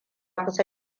kusa